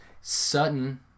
Sutton